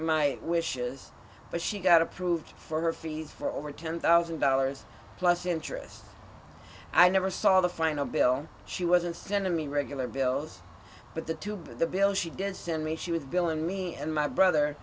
my wishes but she got approved for her fees for over ten thousand dollars plus interest i never saw the final bill she wasn't sending me regular bills but the two but the bill she did send me she would billing me and my brother